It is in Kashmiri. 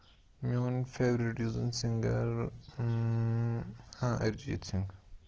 میون فیورِٹ یُس زَن سِنٛگَر ہاں اَرِجیٖت سِنٛگھ